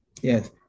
Yes